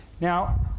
Now